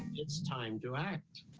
it's time to act.